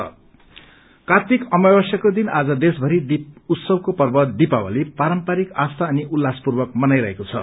दीपावली कार्त्तिक अमावश्यको दिन आज देशमरि दीप उत्सवको पर्व दीपावली पारम्परिक आस्था अनि उल्लास पूर्वक मनाइरहेको छ